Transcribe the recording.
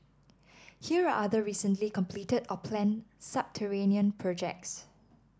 here are other recently completed or planned subterranean projects